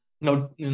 no